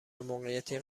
موقعیتی